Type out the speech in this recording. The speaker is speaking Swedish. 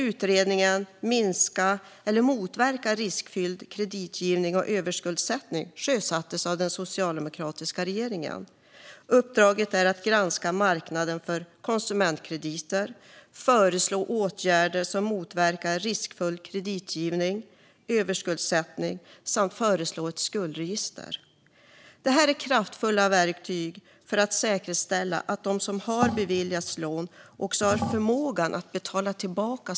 Utredningen Motverka riskfylld kreditgivning och överskuldsättning sjösattes av den socialdemokratiska regeringen. Uppdraget är att granska marknaden för konsumentkrediter, föreslå åtgärder som motverkar riskfylld kreditgivning och överskuldsättning samt föreslå ett skuldregister. Det är kraftfulla verktyg för att säkerställa att de som beviljas lån också har förmåga att betala tillbaka.